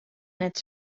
net